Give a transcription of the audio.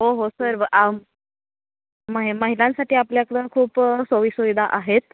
हो हो सर्व आम महि महिलांसाठी आपल्याकडं खूप सोयीसुविधा आहेत